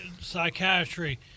psychiatry